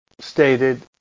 stated